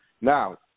Now